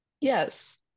Yes